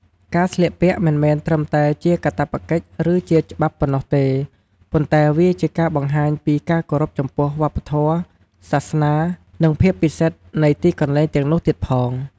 ការស្លៀកពាក់មិនមែនត្រឹមតែជាកាតព្វកិច្ចឬជាច្បាប់ប៉ុណ្ណោះទេ ប៉ុន្តែវាជាការបង្ហាញពី ការគោរពចំពោះវប្បធម៌ សាសនា និងភាពពិសិដ្ឋនៃទីកន្លែងទាំងនោះទៀតផង។